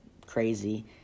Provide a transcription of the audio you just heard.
crazy